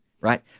right